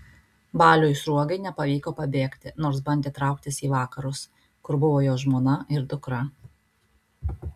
baliui sruogai nepavyko pabėgti nors bandė trauktis į vakarus kur buvo jo žmona ir dukra